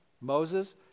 moses